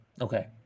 Okay